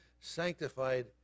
sanctified